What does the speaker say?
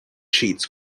sheets